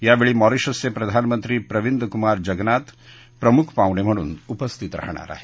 यावेळी मॉरिशसचे प्रधानमंत्री प्रविंद कुमार जगनाथ प्रमुख पाहुणे म्हणून उपस्थित राहणार आहेत